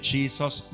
Jesus